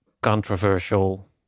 controversial